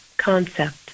concept